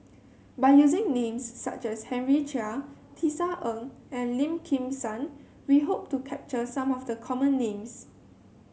by using names such as Henry Chia Tisa Ng and Lim Kim San we hope to capture some of the common names